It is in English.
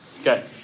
Okay